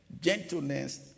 gentleness